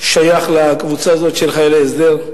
שייך לקבוצה הזאת של חיילי הסדר,